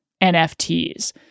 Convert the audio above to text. NFTs